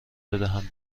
بدهم